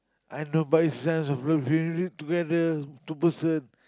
I know but is signs of love when you are in it together two person